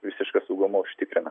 visišką saugumą užtikrina